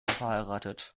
verheiratet